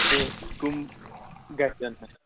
تہ کٕم گژھَن نہٕ